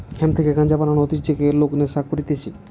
hemp থেকে গাঞ্জা বানানো হতিছে যাতে লোক নেশা করতিছে